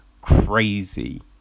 crazy